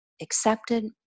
accepted